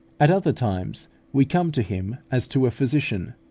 at other times we come to him as to a physician,